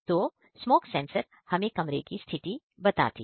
तो smoke sensor हमें कमरे की स्थिति बताती है